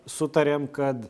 sutarėm kad